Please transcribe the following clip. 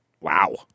Wow